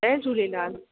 Jay Jhulelal